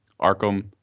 Arkham